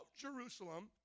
Jerusalem